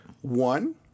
One